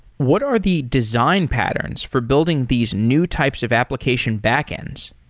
what are the design patterns for building these new types of application backends?